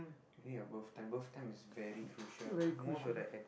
your birth time birth time is very crucial most of the a~